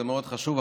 זה מאוד חשוב,